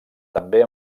també